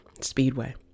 Speedway